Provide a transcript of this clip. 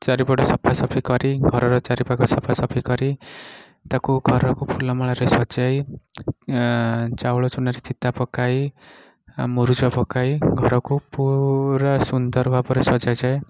ଚାରିପଟେ ସଫା ସଫି କରି ଘରର ଚାରିପାଖ ସଫା ସଫି କରି ତାକୁ ଘରକୁ ଫୁଲମାଳାରେ ସଜାଇ ଚାଉଳ ଚୁନାରେ ଚିତା ପକାଇ ମୁରୁଜ ପକାଇ ଘରକୁ ପୁରା ସୁନ୍ଦର ଭାବରେ ସଜାଯାଏ